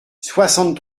soixante